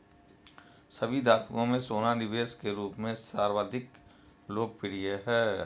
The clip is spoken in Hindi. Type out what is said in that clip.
सभी धातुओं में सोना निवेश के रूप में सर्वाधिक लोकप्रिय है